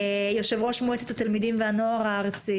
יושב-ראש מועצת התלמידים והנוער הארצית,